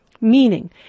Meaning